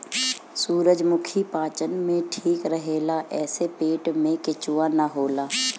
सूरजमुखी पाचन में ठीक रहेला एसे पेट में केचुआ ना होला